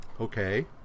okay